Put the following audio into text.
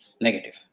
negative